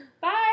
Bye